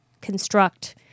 construct